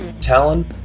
Talon